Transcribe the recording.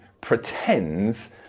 pretends